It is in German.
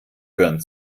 hören